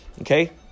Okay